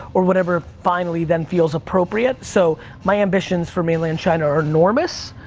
or whatever finally then feels appropriate. so my ambitions for mainland china are enormous,